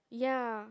yeah